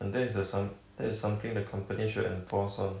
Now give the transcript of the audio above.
and that is the some~ that is something the company should enforce on